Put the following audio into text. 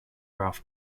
ralph